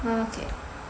!wah! okay